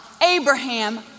Abraham